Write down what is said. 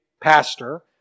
pastor